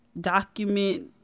document